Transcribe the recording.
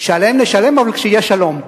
שעליהם נשלם, אבל כשיהיה שלום.